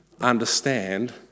understand